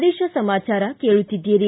ಪ್ರದೇಶ ಸಮಾಚಾರ ಕೇಳುತ್ತೀದ್ದಿರಿ